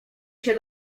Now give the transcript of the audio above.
się